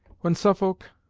when suffolk,